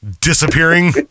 disappearing